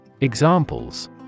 Examples